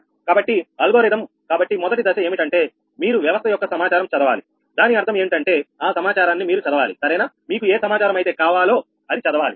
కాబట్టి అల్గోరిథం మొదటి దశ ఏమిటంటే మీరు వ్యవస్థ యొక్క సమాచారం చదవాలి దాని అర్థం ఏమిటంటే ఆ సమాచారాన్ని మీరు చదవాలి సరేనా మీకు ఏ సమాచారం అయితే కావాలి అది చదవాలి